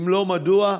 4. אם לא, מדוע?